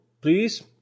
please